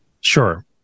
Sure